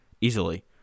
easily